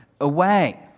away